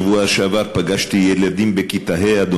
בשבוע שעבר פגשתי ילדים בכיתה ה',